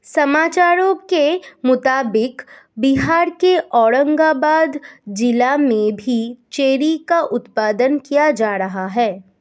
समाचारों के मुताबिक बिहार के औरंगाबाद जिला में भी चेरी का उत्पादन किया जा रहा है